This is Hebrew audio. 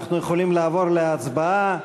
אנחנו יכולים לעבור להצבעה.